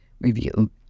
review